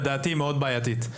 לדעתי מאוד בעייתית.